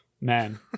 man